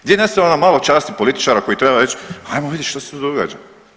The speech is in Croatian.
Gdje je nestao ono malo časti političari koji trebaju reć ajmo vidjet što se to događa?